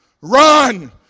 run